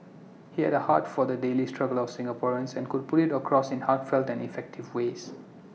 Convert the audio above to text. he had A heart for the daily struggles of Singaporeans and could put IT across in heartfelt and effective ways